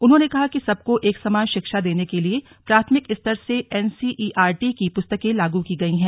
उन्होंने कहा कि सबको एक समान शिक्षा देने के लिए प्राथमिक स्तर से एनसीईआरटी की पुस्तके लागू की गई हैं